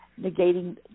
negating